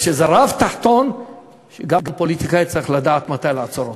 יש איזה רף תחתון שגם פוליטיקאי צריך לדעת מתי לעצור אותו.